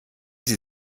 sie